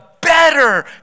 better